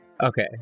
okay